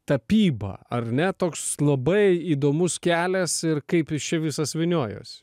tapyba ar ne toks labai įdomus kelias ir kaip jis čia visas vyniojosi